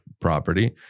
property